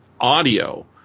audio